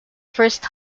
first